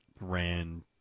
ran